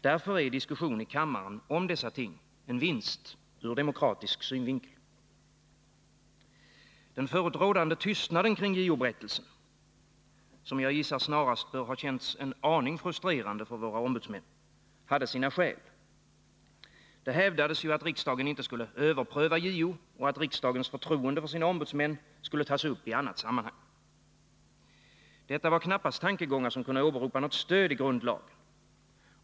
Därför är en diskussion i kammaren om dessa ting en vinst ur demokratisk synvinkel. Den förut rådande tystnaden kring J O-berättelsen — som jag gissar snarast bör ha känts en aning frustrerande för våra ombudsmän — hade sina skäl. Det hävdades, att riksdagen inte skulle överpröva JO, att riksdagens förtroende för sina ombudsmän skulle tas upp i annat sammanhang. Detta var inte tankegångar för vilka man kunde åberopa något stöd i grundlagen.